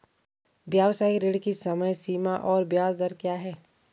व्यावसायिक ऋण की समय सीमा और ब्याज दर क्या है?